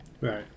Right